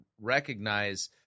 recognize